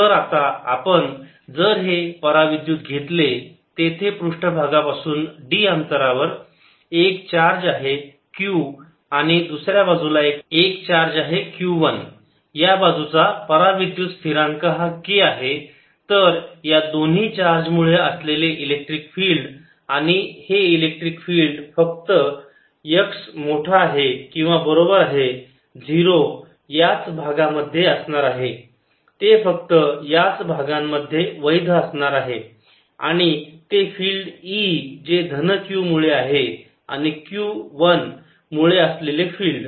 तर आता आपण जर हे परा विद्युत घेतले तेथे पृष्ठभागापासून d अंतरावर एक चार्ज आहे q आणि दुसऱ्या बाजूला एक चार्ज आहे q 1 या बाजूचा परा विद्युत स्थिरांक हा k आहे तर या दोन्ही चार्ज मुळे असलेले इलेक्ट्रिक फिल्ड आणि हे इलेक्ट्रिक फिल्ड फक्त x मोठा आहे किंवा बरोबर आहे 0 याच भागामध्ये असणार आहे ते फक्त याच भागांमध्ये वैध असणार आहे आणि ते फिल्ड E जे धन q मुळे आहे आणि q 1 मुळे असलेले फिल्ड